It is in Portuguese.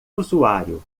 usuário